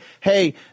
Hey